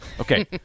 okay